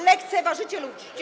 Lekceważycie ludzi.